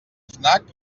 fnac